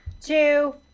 two